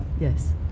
Yes